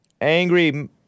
angry